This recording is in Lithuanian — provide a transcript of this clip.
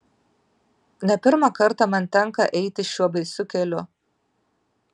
ne pirmą kartą man tenka eiti šiuo baisiu keliu